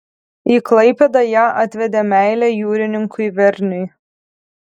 į klaipėdą ją atvedė meilė jūrininkui verniui